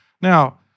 Now